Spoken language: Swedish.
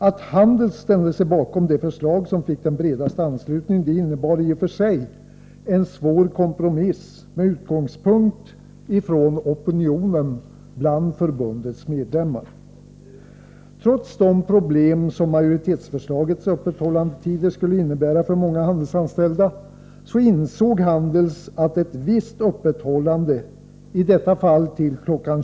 Att Handels ställde sig bakom det förslag som fick den bredaste anslutningen innebar i och för sig en svår kompromiss med utgångspunkt i opinionen bland förbundets medlemmar. Trots de problem som majoritetsförslagets öppethållandetider skulle innebära för många handelsanställda insåg Handels att ett visst öppethållande — i detta fall till kl.